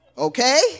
Okay